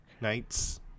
knights